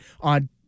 on